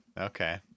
Okay